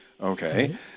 Okay